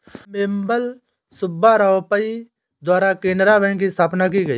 अम्मेम्बल सुब्बा राव पई द्वारा केनरा बैंक की स्थापना की गयी